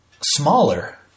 smaller